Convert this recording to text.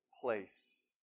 place